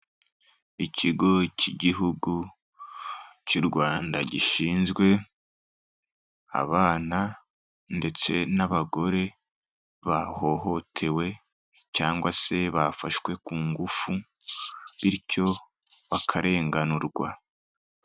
Ikigo cy'igihugu cy'u Rwanda gishinzwe abana ndetse n'abagore bahohotewe cyangwa se bafashwe ku ngufu, bityo bakarenganurwa.